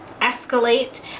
escalate